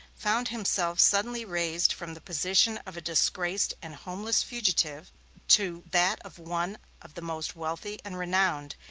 found himself suddenly raised from the position of a disgraced and homeless fugitive to that of one of the most wealthy and renowned,